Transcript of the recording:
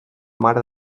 mare